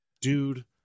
Dude